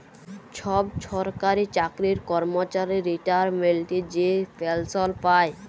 ছব সরকারি চাকরির কম্মচারি রিটায়ারমেল্টে যে পেলসল পায়